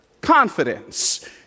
confidence